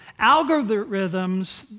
algorithms